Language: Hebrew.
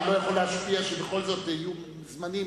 אם אני לא יכול להשפיע שבכל זאת יהיו זמנים